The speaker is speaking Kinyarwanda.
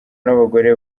n’abagore